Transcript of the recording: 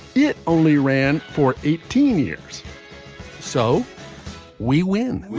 it only ran for eighteen years so we win